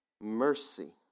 mercy